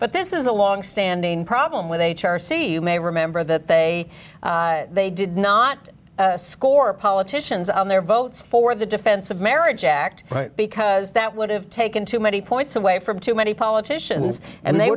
but this is a longstanding problem with h r c you may remember that they they did not score politicians on their votes for the defense of marriage act because that would have taken too many points away from too many politicians and they